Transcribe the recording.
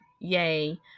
Yay